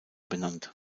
benannt